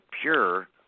pure